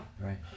right